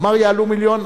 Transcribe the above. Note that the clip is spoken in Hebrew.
הוא אמר: יעלו מיליון.